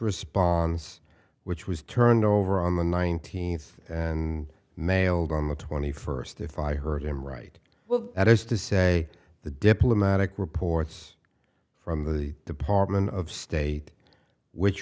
response which was turned over on the nineteenth and mailed on the twenty first if i heard him right well that is to say the diplomatic reports from the department of state which